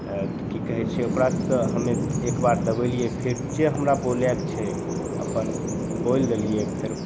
कि कहै छै ओकरासे हमे एकबेर दबेलिए फेर जे हमरा बोलैके छै अपन बोलि देलिए फेर